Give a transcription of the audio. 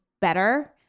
better